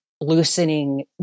loosening